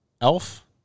Elf